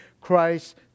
Christ